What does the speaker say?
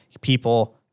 people